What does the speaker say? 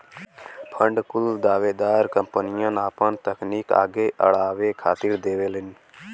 fund कुल दावेदार कंपनियन आपन तकनीक आगे अड़ावे खातिर देवलीन